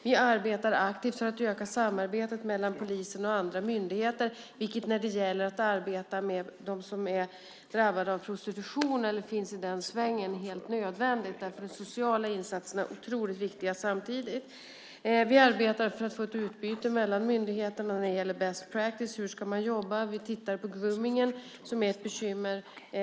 Vi arbetar aktivt för att öka samarbetet mellan polisen och andra myndigheter, vilket när det gäller att arbeta med dem som är drabbade av prostitution eller finns i den svängen är helt nödvändigt, och därför är de sociala insatserna otroligt viktiga samtidigt. Vi arbetar för att få ett utbyte mellan myndigheterna när det gäller best practice och hur man ska jobba. Vi tittar på gromningen som är ett bekymmer.